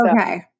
Okay